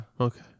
Okay